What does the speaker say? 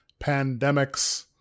pandemics